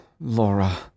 Laura